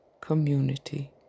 community